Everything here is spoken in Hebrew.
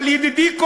אבל ידידי קובלנץ,